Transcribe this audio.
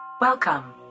Welcome